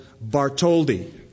Bartholdi